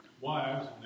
wives